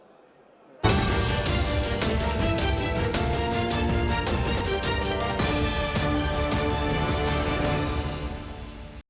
Дякую,